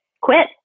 Quit